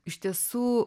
iš tiesų